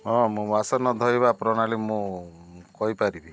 ହଁ ମୁଁ ବାସନ ଧୋଇବା ପ୍ରଣାଳୀ ମୁଁ କହିପାରିବି